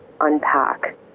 unpack